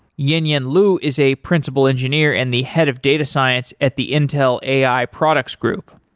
yinyin liu is a principal engineer and the head of data science at the intel ai products group.